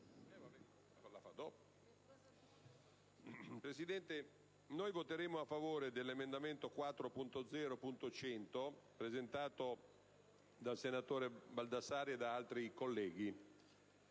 Presidente, noi voteremo a favore dell'emendamento 4.0.100 (testo 2), presentato dal senatore Baldassarri e da altri colleghi.